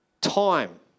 time